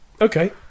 Okay